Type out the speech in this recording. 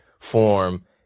form